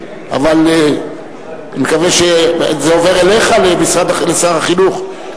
זה עובר אליך, שר החינוך.